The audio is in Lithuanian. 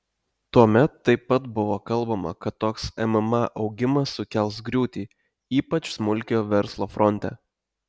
tuomet taip pat buvo kalbama kad toks mma augimas sukels griūtį ypač smulkiojo verslo fronte